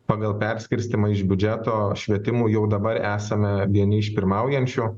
pagal perskirstymą iš biudžeto švietimui jau dabar esame vieni iš pirmaujančių